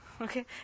Okay